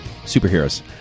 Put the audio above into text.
superheroes